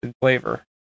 flavor